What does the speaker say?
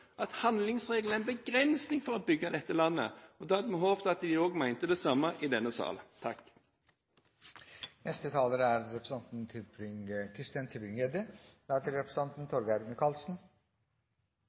at handlingsregelen er en begrensning for bygge dette landet. Da hadde vi håpet at de også mente det samme i denne